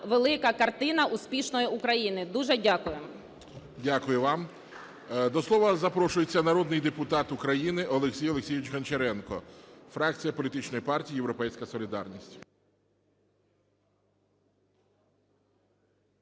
велика картина успішної України. Дуже дякую. ГОЛОВУЮЧИЙ. Дякую вам. До слова запрошується народний депутат України Олексій Олексійович Гончаренко, фракція політичної партії "Європейська солідарність".